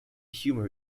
humor